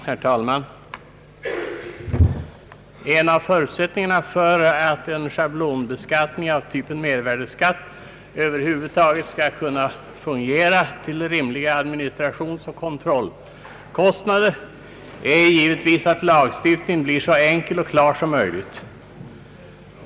Herr talman! En av förutsättningarna för att en schablonbeskattning av typen mervärdeskatt över huvud taget skall kunna fungera till rimliga administrationsoch kontrollkostnader är givetvis, att lagstiftningen blir så enkel och klar som möjligt.